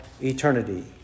eternity